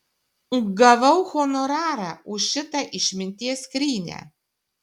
gavau honorarą už šitą išminties skrynią